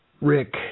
Rick